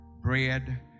bread